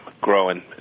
growing